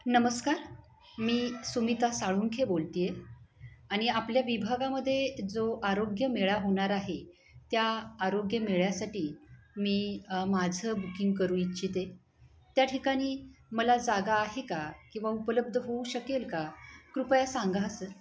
नमस्कार मी सुमिता साळुंखे बोलते आहे आणि आपल्या विभागामध्ये जो आरोग्यमेळा होणार आहे त्या आरोग्यमेळ्यासाठी मी माझं बुकिंग करू इच्छिते त्या ठिकाणी मला जागा आहे का किंवा उपलब्ध होऊ शकेल का कृपया सांगा हां सर